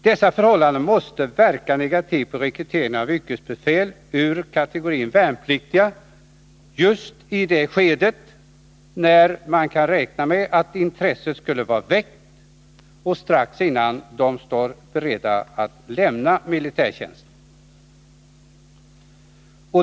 Dessa förhållanden måste verka negativt på rekryteringen av yrkesbefäl ur kategorien värnpliktiga just i det skede då man kan räkna med att deras intresse skulle vara störst och strax innan de står beredda att lämna militärtjänsten.